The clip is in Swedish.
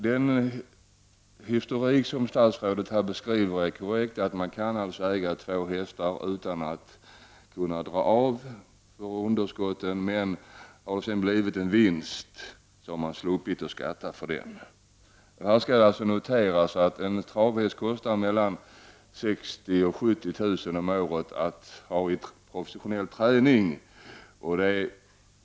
Den historik som statsrådet beskriver är korrekt. Man kan alltså äga två hästar utan att kunna dra av för underskotten, men om verksamheten går med vinst, slipper man att skatta för den. Det bör noteras att en travhäst kostar mellan 60 000 kr. och 70 000 kr. om året att ha i professionell träning.